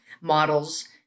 models